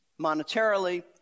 monetarily